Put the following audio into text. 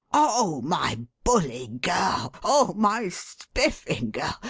oh, my bully girl! oh, my spiffing girl!